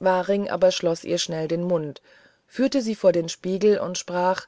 waring aber verschloß ihr schnell den mund führte sie vor den spiegel und sprach